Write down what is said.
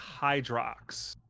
Hydrox